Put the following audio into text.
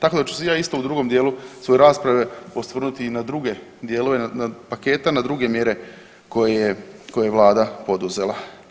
Tako da ću se ja isto u drugom dijelu svoje rasprave osvrnuti i na druge dijelove paketa na druge mjere koje je Vlada poduzela.